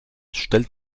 stellt